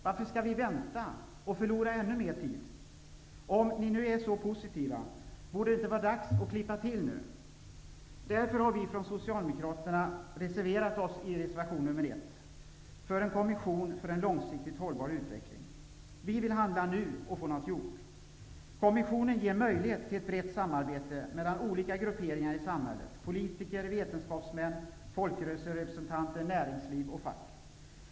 Varför skall vi vänta och förlora ännu mer tid? Om ni nu är så positiva, borde det då inte vara dags att klippa till nu? Vi socialdemokrater i utskottet har därför i reservation nr 1 reserverat oss för en kommission för en långsiktigt hållbar utveckling. Vi vill handla nu och få något gjort. Kommissionen ger möjlighet till ett brett samarbete mellan olika grupperingar i samhället -- politiker, vetenskapsmän, folkrörelserepresentanter, näringsliv och fack.